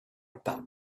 about